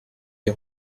des